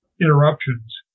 interruptions